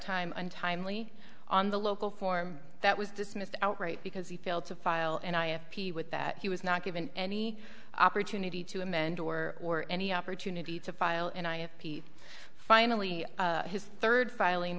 time untimely on the local form that was dismissed outright because he failed to file and i have p with that he was not given any opportunity to amend or or any opportunity to file and i have finally his third filing